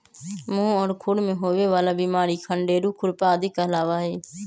मुह और खुर में होवे वाला बिमारी खंडेरू, खुरपा आदि कहलावा हई